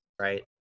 right